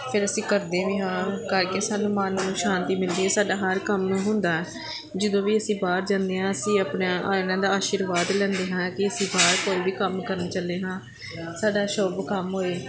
ਫਿਰ ਅਸੀਂ ਕਰਦੇ ਵੀ ਹਾਂ ਕਰ ਕੇ ਸਾਨੂੰ ਮਨ ਨੂੰ ਸ਼ਾਂਤੀ ਮਿਲਦੀ ਹੈ ਸਾਡਾ ਹਰ ਕੰਮ ਹੁੰਦਾ ਜਦੋਂ ਵੀ ਅਸੀਂ ਬਾਹਰ ਜਾਂਦੇ ਹਾਂ ਅਸੀਂ ਆਪਣਾ ਇਹਨਾਂ ਦਾ ਆਸ਼ੀਰਵਾਦ ਲੈਂਦੇ ਹਾਂ ਕਿ ਅਸੀਂ ਬਾਹਰ ਕੋਈ ਵੀ ਕੰਮ ਕਰਨ ਚੱਲੇ ਹਾਂ ਸਾਡਾ ਸ਼ੁੱਭ ਕੰਮ ਹੋਵੇ